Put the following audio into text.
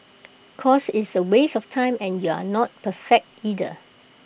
cause it's A waste of time and you're not perfect either